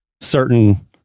certain